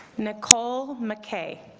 nicole mckay